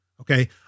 okay